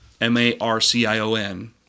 M-A-R-C-I-O-N